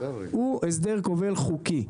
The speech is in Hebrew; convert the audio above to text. הוא הסדר כובל חוקי.